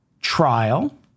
trial